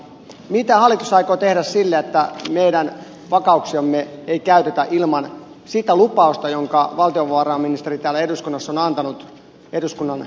mitä hallitus aikoo tehdä sille että meidän vakuuksiamme ei käytetä ilman sitä lupausta jonka valtiovarainministeri täällä eduskunnassa on antanut eduskunnan päätöksestä